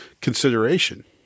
consideration